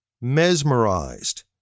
mesmerized